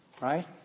right